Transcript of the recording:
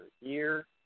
year